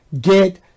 get